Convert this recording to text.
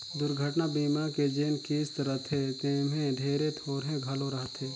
दुरघटना बीमा के जेन किस्त रथे तेम्हे ढेरे थोरहें घलो रहथे